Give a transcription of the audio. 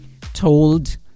told